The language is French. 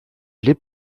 les